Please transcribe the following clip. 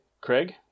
Craig